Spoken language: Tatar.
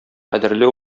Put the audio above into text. кадерле